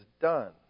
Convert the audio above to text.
done